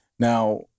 Now